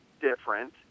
different